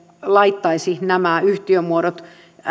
laittaisi nämä yhtiömuodot